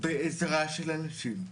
בעזרה של אנשים.